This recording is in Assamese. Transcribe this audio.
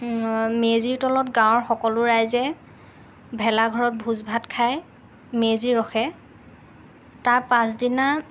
মেজিৰ তলত গাঁৱৰ সকলো ৰাইজে ভেলা ঘৰত ভোজ ভাত খাই মেজি ৰখে তাৰ পাছদিনা